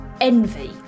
envy